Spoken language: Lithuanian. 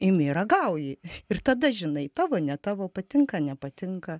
imi ragauji ir tada žinai tavo ne tavo patinka nepatinka